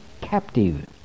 captive